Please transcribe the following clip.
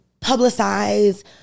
Publicize